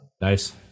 nice